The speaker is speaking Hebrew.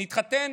נתחתן,